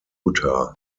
utah